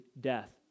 death